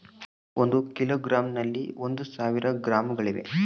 ಒಂದು ಕಿಲೋಗ್ರಾಂ ನಲ್ಲಿ ಒಂದು ಸಾವಿರ ಗ್ರಾಂಗಳಿವೆ